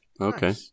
Okay